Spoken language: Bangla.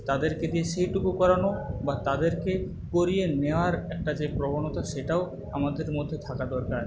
তাদেরকে দিয়ে সেইটুকু করানো বা তাদেরকে করিয়ে নেওয়ার একটা যে প্রবণতা সেটাও আমাদের মধ্যে থাকা দরকার